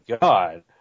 god